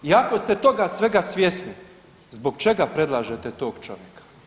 I ako ste toga svega svjesni, zbog čega predlažete tog čovjeka?